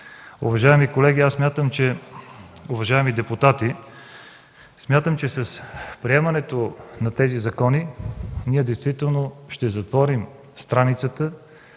Уважаеми депутати, смятам, че с приемането на тези закони действително ще затворим страницата